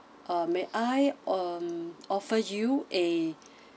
uh may I um offer you a